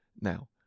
now